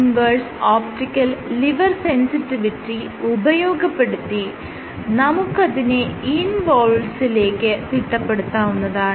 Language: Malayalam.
ഇൻവേഴ്സ് ഒപ്റ്റിക്കൽ ലിവർ സെൻസിറ്റിവിറ്റി ഉപയോഗപ്പെടുത്തി നമുക്കതിനെ ഇൻവോൾസിലേക്ക് തിട്ടപ്പെടുത്താവുന്നതാണ്